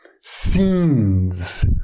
scenes